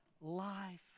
life